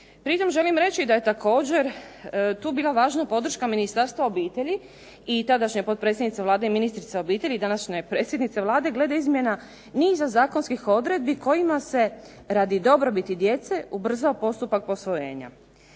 Pritom želim reći da je također tu bila važna podrška Ministarstva obitelji i tadašnje potpredsjednice Vlade i ministrice obitelji i današnje predsjednice Vlade glede izmjena niza zakonskih odredbi kojima se radi dobrobiti djece ubrzava postupak posvojenja.